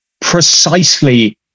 precisely